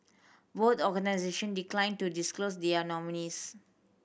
both organisation declined to disclose their nominees